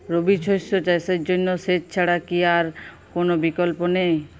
রবি শস্য চাষের জন্য সেচ ছাড়া কি আর কোন বিকল্প নেই?